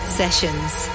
sessions